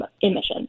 emissions